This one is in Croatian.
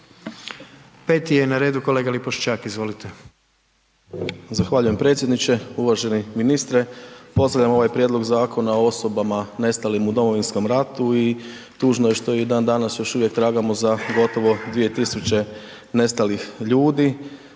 5. je na redu kolega Lipošćak, izvolite. **Lipošćak, Tomislav (HDZ)** Zahvaljujem predsjedniče, uvaženi ministre, pozdravljam ovaj prijedlog zakona o osobama nestalim u Domovinsko ratu i tužno je što i dan danas još uvijek tragamo za gotovo 2000 nestalih ljudi.